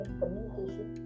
communication